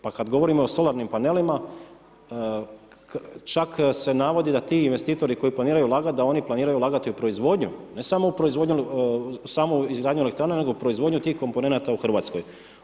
Pa kad govorimo o solarnim panelima čak se navodi da ti investitori koji planiraju ulagat da oni planiranju ulagati u proizvodnju, ne samo u proizvodnju, samo u izgradnju elektrana nego proizvodnju tih komponenata u Hrvatskoj.